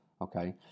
okay